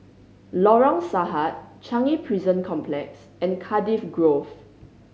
Lorong Sahad Changi Prison Complex and Cardiff Grove